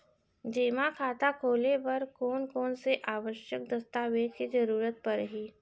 जेमा खाता खोले बर कोन कोन से आवश्यक दस्तावेज के जरूरत परही?